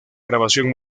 grabación